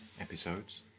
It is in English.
episodes